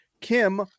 kim